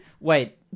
Wait